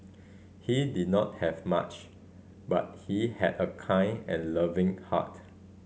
he did not have much but he had a kind and loving heart